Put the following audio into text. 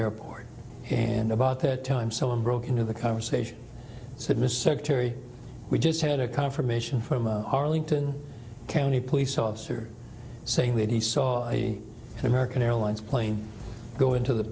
airport and about that time so i'm broke into the conversation said mr secretary we just had a confirmation from arlington county police officer saying that he saw an american airlines plane go into the